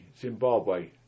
Zimbabwe